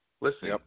Listen